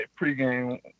pregame